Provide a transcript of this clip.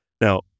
Now